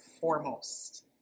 foremost